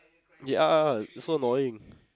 ya so annoying